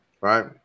Right